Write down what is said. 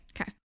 Okay